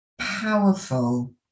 powerful